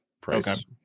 price